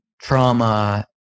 trauma